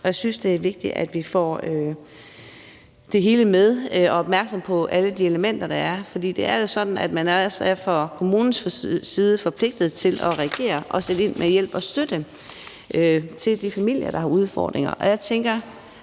Jeg synes, det er vigtigt, at vi får det hele med og er opmærksomme på alle de elementer, der er. For det er jo sådan, at man fra kommunens side er forpligtet til at reagere og sætte ind med hjælp og støtte til de familier, der har udfordringer,